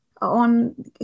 on